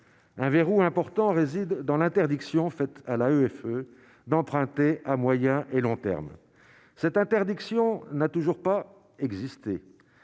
un verrou important réside dans l'interdiction faite à la EFE d'emprunter à moyen et long terme, cette interdiction n'a toujours pas exister